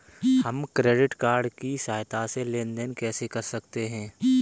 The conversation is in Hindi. हम क्रेडिट कार्ड की सहायता से लेन देन कैसे कर सकते हैं?